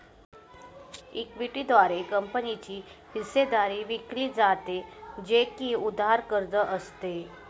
equity द्वारे कंपनीची हिस्सेदारी विकली जाते, जे की उधार कर्ज असते